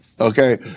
Okay